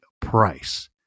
price